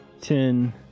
ten